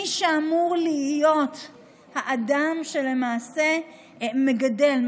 מי שאמור להיות האדם שלמעשה מגדל,